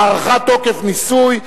הארכת תוקף ניסוי),